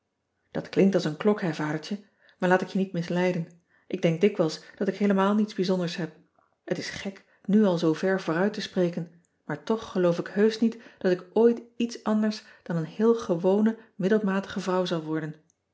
at klinkt als een klok hé adertje maar laat ik je niet misleiden k denk dikwijls dat ik heelemaal niets bijzonders heb et is gek nu al zoo ver vooruit te spreken maar toch geloof ik heusch niet dat ik ooit iets anders dan een heel gewone middelmatige vrouw zal worden